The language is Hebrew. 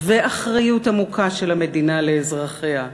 ואחריות עמוקה של המדינה לאזרחיה,